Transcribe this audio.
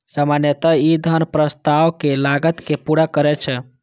सामान्यतः ई धन प्रस्तावक लागत कें पूरा करै छै